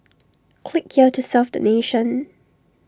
click here to serve the nation